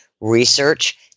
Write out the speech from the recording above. Research